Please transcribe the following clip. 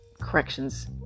corrections